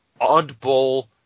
oddball